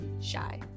shy